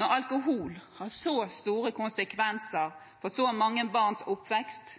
Når alkohol har så store konsekvenser for så mange barns oppvekst,